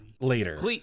later